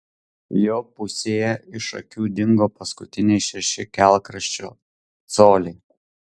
jo pusėje iš akių dingo paskutiniai šeši kelkraščio coliai